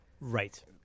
Right